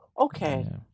Okay